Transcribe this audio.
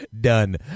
done